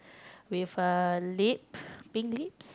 with a lip pink lips